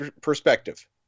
perspective